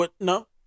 no